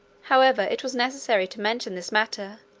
however, it was necessary to mention this matter,